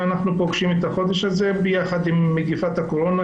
אנחנו פוגשים את החודש הזה ביחד עם מגפת הקורונה,